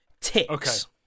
Ticks